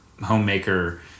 homemaker